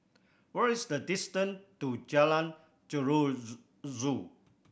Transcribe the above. what is the distant to Jalan